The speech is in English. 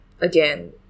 again